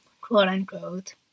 quote-unquote